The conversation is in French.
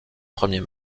premier